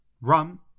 Rum